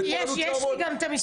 ופה עלו 923. יש לי את המספרים.